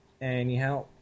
Anyhow